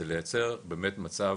זה לייצר באמת מצב